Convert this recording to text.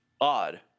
odd